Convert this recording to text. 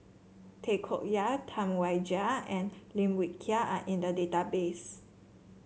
Tay Koh Yat Tam Wai Jia and Lim Wee Kiak are in the database